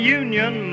union